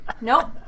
Nope